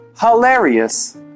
hilarious